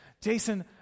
Jason